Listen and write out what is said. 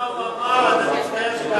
אחרי שתשמע מה הוא אמר אתה תצטער שקראת.